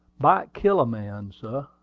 bite kill a man, suah.